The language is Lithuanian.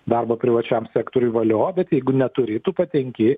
darbo privačiam sektoriui valio bet jeigu neturi tu patenki